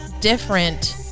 different